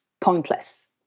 pointless